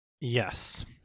yes